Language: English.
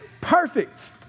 Perfect